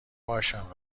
باشم